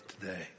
today